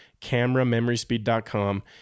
cameramemoryspeed.com